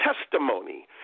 testimony